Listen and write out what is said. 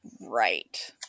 right